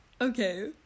Okay